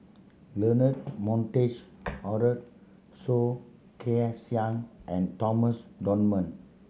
Leonard Montague Harrod Soh Kay Siang and Thomas Dunman